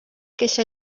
queixa